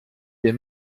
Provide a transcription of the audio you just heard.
des